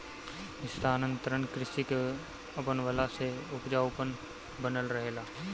स्थानांतरण कृषि के अपनवला से उपजाऊपन बनल रहेला